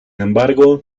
embargo